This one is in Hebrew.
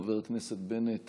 חבר הכנסת בנט,